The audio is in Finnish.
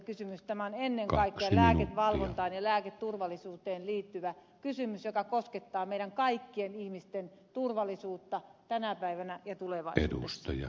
tämä on ennen kaikkea lääkevalvontaan ja lääketurvallisuuteen liittyvä kysymys joka koskettaa meidän kaikkien ihmisten turvallisuutta tänä päivänä ja tulevaisuudessa